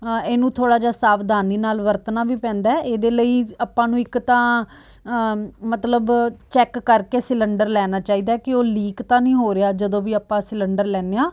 ਅ ਇਹਨੂੰ ਥੋੜ੍ਹਾ ਜਿਹਾ ਸਾਵਧਾਨੀ ਨਾਲ ਵਰਤਣਾ ਵੀ ਪੈਂਦਾ ਇਹਦੇ ਲਈ ਆਪਾਂ ਨੂੰ ਇੱਕ ਤਾਂ ਮਤਲਬ ਚੈੱਕ ਕਰਕੇ ਸਿਲੰਡਰ ਲੈਣਾ ਚਾਹੀਦਾ ਕਿ ਉਹ ਲੀਕ ਤਾਂ ਨਹੀਂ ਹੋ ਰਿਹਾ ਜਦੋਂ ਵੀ ਆਪਾਂ ਸਿਲੰਡਰ ਲੈਂਦੇ ਹਾਂ